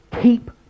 keep